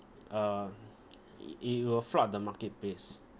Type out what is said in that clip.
uh i~ it will flood the marketplace